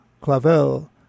Clavel